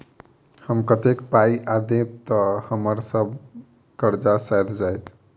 हम कतेक पाई आ दऽ देब तऽ हम्मर सब कर्जा सैध जाइत?